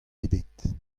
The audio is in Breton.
ebet